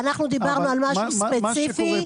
אנחנו דיברנו על משהו ספציפי,